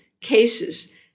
cases